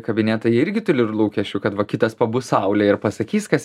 kabinetą jie irgi turi lūkesčių kad va kitas pabus saulė ir pasakys kas